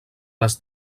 les